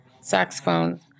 saxophone